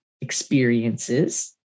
experiences